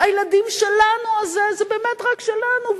"הילדים שלנו" הזה, זה באמת רק שלנו.